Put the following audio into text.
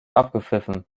abgepfiffen